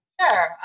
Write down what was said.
Sure